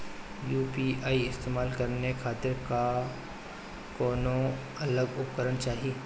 UPI इस्तेमाल करने खातिर क्या कौनो अलग उपकरण चाहीं?